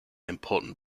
important